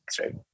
right